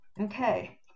Okay